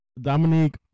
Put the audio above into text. Dominique